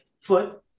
foot